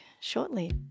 shortly